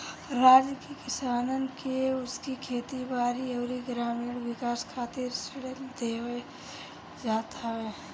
राज्य के किसानन के उनकी खेती बारी अउरी ग्रामीण विकास खातिर ऋण देहल जात हवे